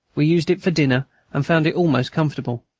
we used it for dinner, and found it almost comfortable,